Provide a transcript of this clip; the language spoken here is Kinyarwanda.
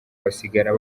basigara